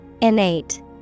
Innate